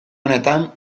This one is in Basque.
honetan